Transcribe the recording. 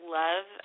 love